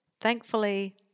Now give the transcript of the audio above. Thankfully